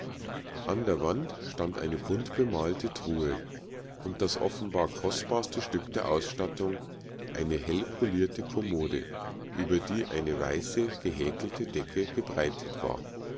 an der wand stand eine bunt bemalte truhe und das offenbar kostbarste stück der ausstattung eine hellpolierte kommode über die eine weiße gehäkelte decke gebreitet war